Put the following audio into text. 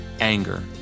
anger